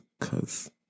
cause